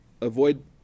Avoid